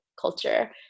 culture